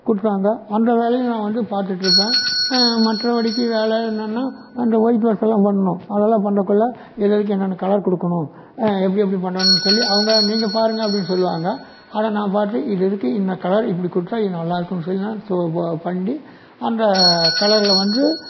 கொடுத்தாங்க அந்த வேலையும் நான் வந்து பார்த்துட்ருப்பேன் மற்றபடிக்கு வேலை என்னென்ன அந்த ஒயிட் வாஷெல்லாம் பண்ணணும் அதெல்லாம் பண்ணக்குள்ள எது எதுக்கு என்னென்ன கலர் கொடுக்கணும் எப்படி எப்படி பண்ணணும்னு சொல்லி அவங்க நீங்க பாருங்க அப்படின்னு சொல்லுவாங்க அதை நான் பார்த்து இது இதுக்கு இன்ன கலர் இப்படி கொடுத்தா இது நல்லா இருக்கும்ன்னு சொல்லி நான் பண்ணி அந்த கலரில் வந்து